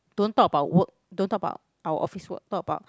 don't talk about work don't talk about our office work talk about